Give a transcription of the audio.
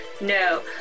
No